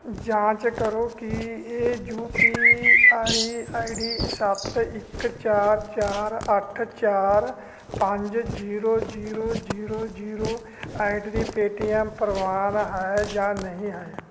ਜਾਂਚ ਕਰੋ ਕਿ ਇਹ U P I I D ਸੱਤ ਇੱਕ ਚਾਰ ਚਾਰ ਅੱਠ ਚਾਰ ਪੰਜ zero zero zero zero at ਦੀ ਪੇਟੀਐੱਮ ਪ੍ਰਵਾਨ ਹੈ ਜਾਂ ਨਹੀਂ ਹੈ